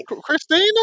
Christina